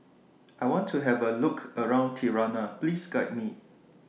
I want to Have A Look around Tirana Please Guide Me